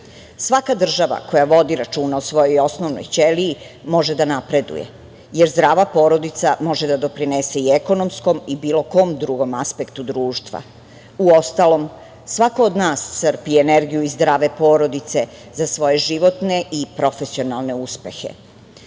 država koja vodi računa o svojoj osnovnoj ćeliji može da napreduje, jer zdrava porodica može da doprinese i ekonomskom i bilo kom drugom aspektu društva, uostalom, svako od nas crpi energiju i zdrave porodice za svoje životne i profesionalne uspehe. Predlog